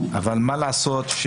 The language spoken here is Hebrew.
אבל מה לעשות,